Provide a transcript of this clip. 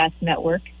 Network